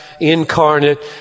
incarnate